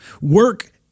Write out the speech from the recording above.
Work